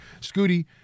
Scooty